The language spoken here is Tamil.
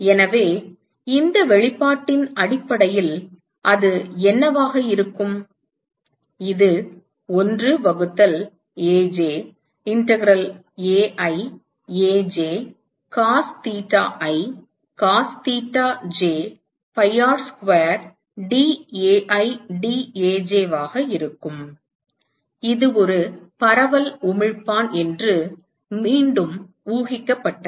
எனவே இந்த வெளிப்பாட்டின் அடிப்படையில் அது என்னவாக இருக்கும் இது 1 வகுத்தல் Aj integral Ai Aj cos theta i cos theta j pi R square dAi dAj ஆக இருக்கும் இது ஒரு பரவல் உமிழ்ப்பான் என்று மீண்டும் ஊகிக்கப்பட்டது